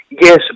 Yes